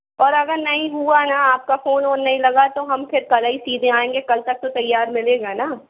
और अगर नहीं हुआ ना आपका फ़ोन वोन नहीं लगा तो हम फिर कल ही सीधे आयेंगे कल तक तो तैयार मिलेगा ना